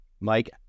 Mike